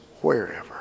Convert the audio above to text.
wherever